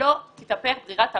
שלא תתהפך ברירת המחדל,